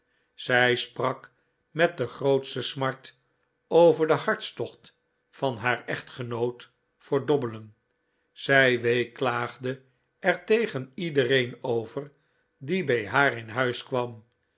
zij sprak met de grootste smart over den hartstocht van haar echtgenoot voor dobbelen zij weeklaagde er tegen iedereen over die bij haar in huis kwam